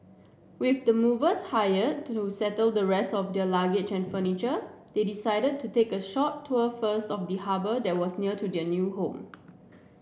with the movers hire to settle the rest of their luggage and furniture they decided to take a short tour first of the harbour that was near to their new home